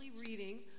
reading